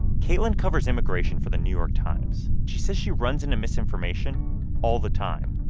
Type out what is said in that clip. caitlin covers immigration for the new york times. she says she runs into misinformation all the time,